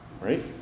right